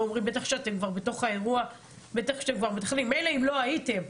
מילא אם לא הייתם,